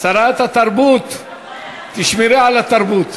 שרת התרבות, תשמרי על התרבות.